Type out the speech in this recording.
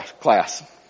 class